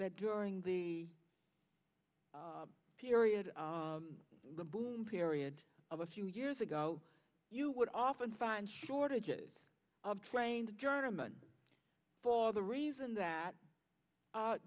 that during the period the boom period of a few years ago you would often find shortages of trained german for the reason that